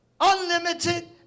Unlimited